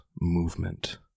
movement